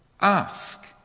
Ask